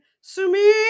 Sumi